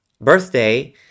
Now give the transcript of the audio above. birthday